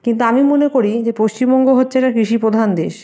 কিন্তু আমি মনে করি যে পশ্চিমবঙ্গ হচ্ছে একটা কৃষিপ্রধান দেশ